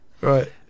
right